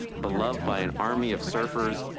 beloved by an army of surfers,